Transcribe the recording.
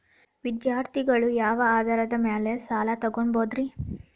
ವಿದ್ಯಾರ್ಥಿಗಳು ಯಾವ ಆಧಾರದ ಮ್ಯಾಲ ಸಾಲ ತಗೋಬೋದ್ರಿ?